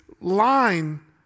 line